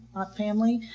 family.